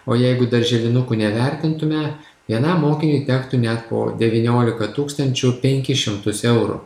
o jeigu darželinukų nevertintume vienam mokiniui tektų net po devyniolika tūkstančių penkis šimtus eurų